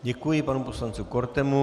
Děkuji panu poslanci Kortemu.